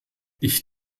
ich